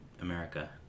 America